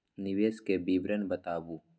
निवेश के विवरण बताबू?